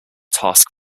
task